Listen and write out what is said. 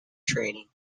training